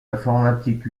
informatiques